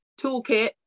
toolkit